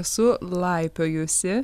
esu laipiojusi